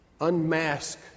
unmask